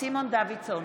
סימון דוידסון,